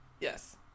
yes